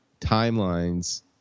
timelines